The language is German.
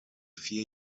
vier